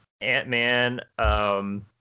Ant-Man